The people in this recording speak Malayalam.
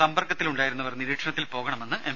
സമ്പർക്കത്തിലുണ്ടായിരുന്നവർ നിരീക്ഷണത്തിൽ പോകണമെന്ന് എം